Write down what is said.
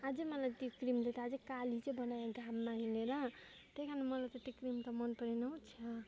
अझै मलाई त्यो क्रिमले त अझै काली चाहिँ बनायो घाममा हिँडेर त्यहीकारण मलाई त्यो क्रिम त मन परेन हौ छ्या